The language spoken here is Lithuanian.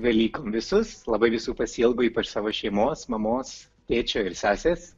velykom visus labai visų pasiilgau ypač savo šeimos mamos tėčio ir sesės